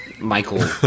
Michael